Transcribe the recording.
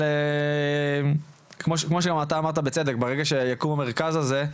אבל כמו שגם אתה אמרת בצדק, ברגע שיקום המרכז הזה,